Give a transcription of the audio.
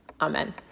Amen